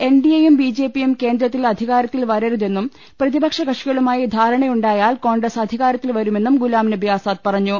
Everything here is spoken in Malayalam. എൻഡിഎയും ബിജെപിയും കേന്ദ്രത്തിൽ അധി കാരത്തിൽ വരരുതെന്നും പ്രതിപക്ഷ കക്ഷികളുമായി ധാരണയു ണ്ടായാൽ കോൺഗ്രസ് അധിക്ാര്ത്തിൽ വരുമെന്നും ഗുലാംനബി ആസാദ് പറഞ്ഞു